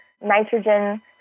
nitrogen